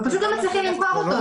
רק לא מצליחים למכור אותו.